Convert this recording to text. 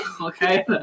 Okay